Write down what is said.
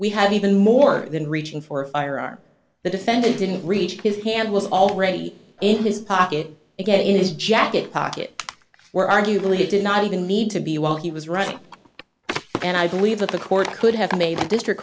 we have even more than reaching for a firearm the defendant didn't reach his hand was already in his pocket again in his jacket pocket where arguably he did not even need to be while he was running and i believe that the court could have made the district